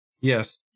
Yes